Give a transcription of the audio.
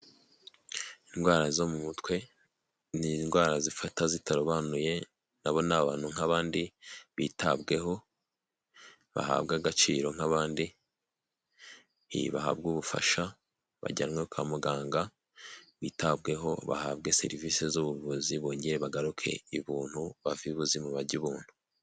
Indwara zo mu mutwe ni indwara zifata zitarobanuye nabo ni abantu nk'abandi bitabweho bahabwa agaciro nk'abandi bahabwa ubufasha bajyanwe kwa muganga bitabweho bahabwe serivisi z'ubuvuzi bongere bagaruke i buntu ba bave i buzima bajye i buntu.